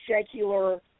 secular